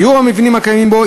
תיאור המבנים הקיימים בו,